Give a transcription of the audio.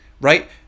right